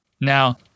Now